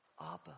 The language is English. Abba